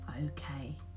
okay